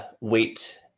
wait